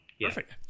Perfect